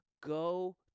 go